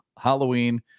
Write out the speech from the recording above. Halloween